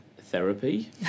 therapy